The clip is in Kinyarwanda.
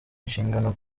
inshingano